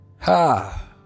Ha